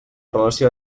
relació